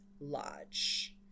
lodge